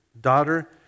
Daughter